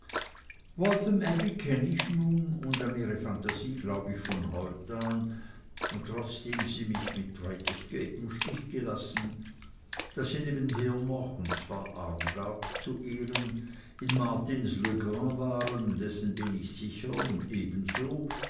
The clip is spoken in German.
kenn ich nun und an ihre phantasie glaub ich von heut an trotzdem sie mich mit traitors gate im stiche gelassen daß sie nebenher noch und zwar armgard zu ehren in martins le grand waren dessen bin ich sicher und ebenso